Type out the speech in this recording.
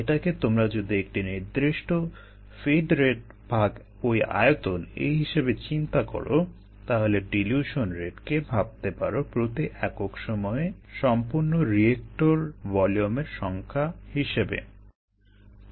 এটাকে তোমরা যদি একটি নির্দিষ্ট ফিড রেট ভাগ ওই আয়তন এই হিসেবে চিন্তা করো তাহলে ডিলিউশন রেটকে ভাবতে পারো প্রতি একক সময়ে সম্পন্ন রিয়েক্টর ভলিওম এর সংখ্যা হিসেবে